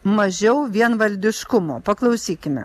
mažiau vienvaldiškumo paklausykime